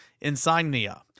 insignia